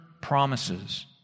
promises